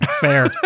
fair